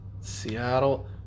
Seattle